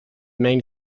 main